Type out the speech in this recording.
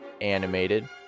animated